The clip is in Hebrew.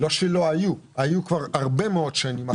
היו כבר הרבה מאוד שנים.